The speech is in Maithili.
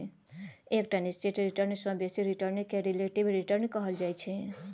एकटा निश्चित रिटर्न सँ बेसी रिटर्न केँ रिलेटिब रिटर्न कहल जाइ छै